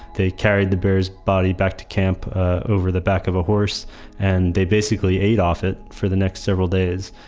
they carried the bear's body back to camp over the back of a horse and they basically ate off it for the next several days.